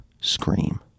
scream